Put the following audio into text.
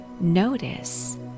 notice